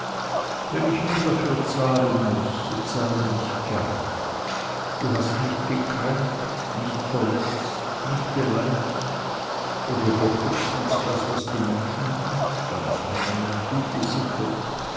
wenn ich nun dafür zahlen muß so zahle ich gern du hast nicht gekränkt nicht verletzt nicht beleidigt oder doch höchstens das was die menschen anstand nennen und gute sitte